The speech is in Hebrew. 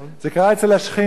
זה קרה אצל השכנים.